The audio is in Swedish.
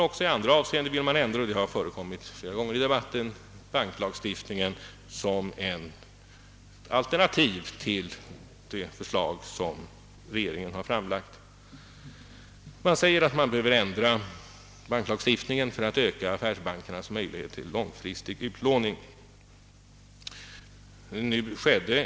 Också i andra avseenden önskar högerpartiet — det har skymtat flera gånger i debatten — ändra banklagstiftningen som ett alternativ till det förslag som regeringen har framlagt. Man säger att vi behöver ändra den för att öka affärsbankernas möjlighet till långfristig utlåning.